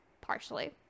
partially